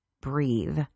breathe